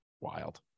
Wild